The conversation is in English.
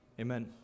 Amen